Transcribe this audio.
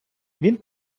він